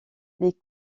les